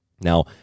Now